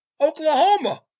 Oklahoma